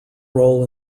role